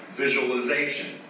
visualization